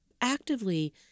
actively